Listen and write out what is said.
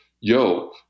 yo